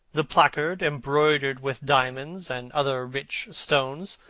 the placard embroidered with diamonds and other rich stones,